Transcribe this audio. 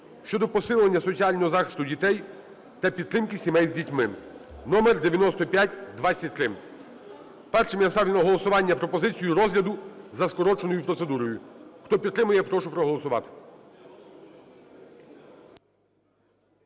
щодо посилення соціального захисту дітей та підтримки сімей з дітьми" (№ 9523). Першим я ставлю на голосування пропозицію розгляду за скороченою процедурою. Хто підтримує, прошу проголосувати.